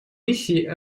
миссии